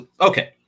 Okay